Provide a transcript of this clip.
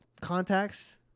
contacts